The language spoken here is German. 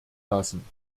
lassen